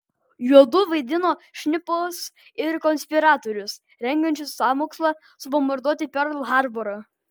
juodu vaidino šnipus ir konspiratorius rengiančius sąmokslą subombarduoti perl harborą